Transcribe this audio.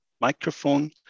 microphone